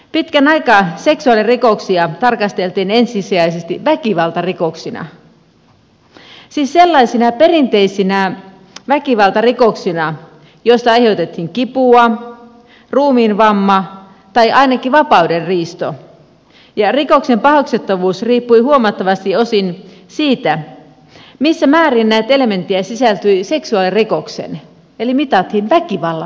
pitkän aikaa seksuaalirikoksia tarkasteltiin ensisijaisesti väkivaltarikoksina siis sellaisina perinteisinä väkivaltarikoksina joissa aiheutettiin kipua ruumiinvamma tai ainakin vapaudenriisto ja rikoksen paheksuttavuus riippui huomattavalta osin siitä missä määrin näitä elementtejä sisältyi seksuaalirikokseen eli mitattiin väkivallan määrää